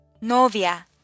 Novia